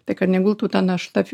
tai kad negultų ta našta